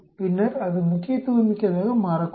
பின்னர் அது முக்கியத்துவமிக்கதாக மாறக்கூடும்